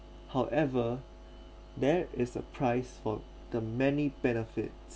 however there is a price for the many benefits